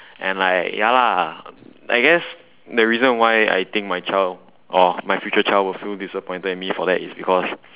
and like ya lah I guess the reason I think my child or my future child will feel disappointed at me for that is because